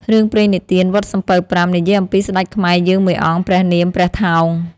រឿងព្រេងនិទាន «វត្តសំពៅប្រាំ» និយាយអំពីស្ដេចខ្មែរយើងមួយអង្គ ព្រះនាមព្រះថោង ។